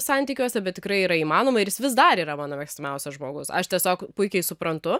santykiuose bet tikrai yra įmanoma ir jis vis dar yra mano mėgstamiausias žmogus aš tiesiog puikiai suprantu